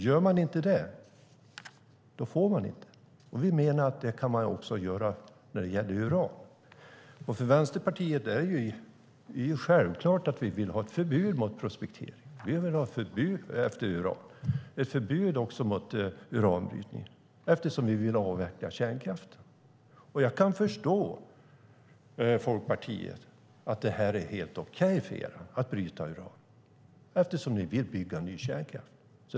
Gör man inte det får man inte prospektera. Vi menar att samma sak kan gälla för uran. För oss i Vänsterpartiet är det självklart att vi vill ha ett förbud mot prospektering av uran och uranbrytning, eftersom vi vill avveckla kärnkraften. Jag kan förstå att det här är helt okej för er i Folkpartiet att bryta uran, eftersom ni vill bygga ny kärnkraft.